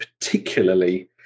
particularly